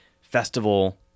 festival